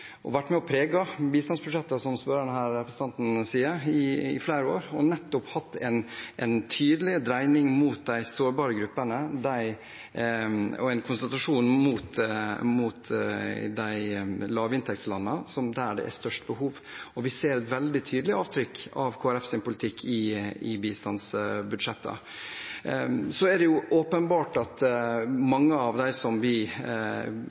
som representanten sier, i flere år, og nettopp hatt en tydelig dreining mot de sårbare gruppene og en konsentrasjon mot lavinntektslandene der det er størst behov. Vi ser et veldig tydelig avtrykk av Kristelig Folkepartis politikk i bistandsbudsjettene. Så er det åpenbart at når det gjelder mange av dem som vi